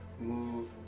move